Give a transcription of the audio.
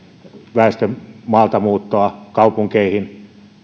väestön maaltamuuttoa kaupunkeihin